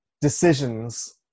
decisions